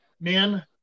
man